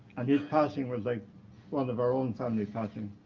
and his passing was like one of our own family passing.